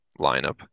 lineup